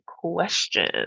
question